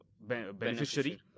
beneficiary